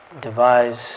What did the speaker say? devise